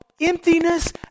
emptiness